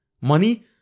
Money